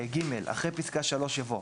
אחרי פסקה (3) יבוא: